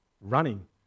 running